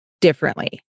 differently